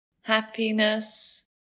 happiness